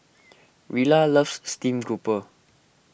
Rilla loves Steamed Grouper